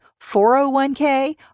401k